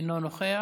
אינו נוכח.